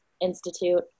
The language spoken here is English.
Institute